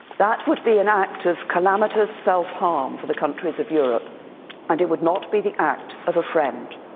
that would be an act of calamitous self-harm for the countries of europe and it would not be the act of a friend.